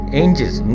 angels